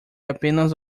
apenas